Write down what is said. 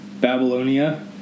babylonia